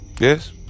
Yes